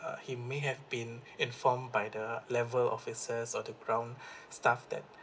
uh he may have been informed by the level officers or the ground staff that